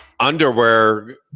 underwear